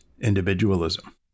individualism